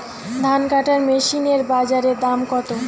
ধান কাটার মেশিন এর বাজারে দাম কতো?